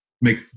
make